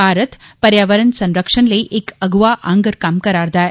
भारत पर्यावरण संरक्षण लेई इक अगुवा आडर कम्म करा'रदा ऐ